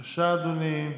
בבקשה, אדוני,